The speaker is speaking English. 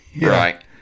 right